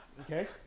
Okay